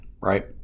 right